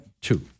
two